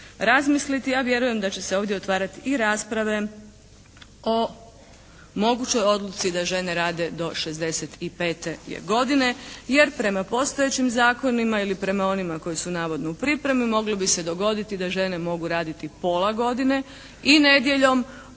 a vjerujem da će se ovdje otvarati i rasprave o mogućoj odluci da žene rade do 65. godine jer prema postojećim zakonima ili prema onima koji su navodno u pripremi moglo bi se dogoditi da žene mogu raditi pola godine i nedjeljom a